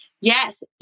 Yes